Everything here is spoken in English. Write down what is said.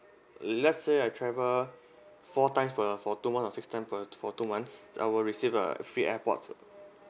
let's say I travel four times per for two months or six times per for two months I will receive a free airpods